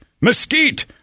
mesquite